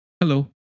Hello